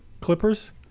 Clippers